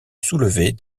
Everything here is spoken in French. soulever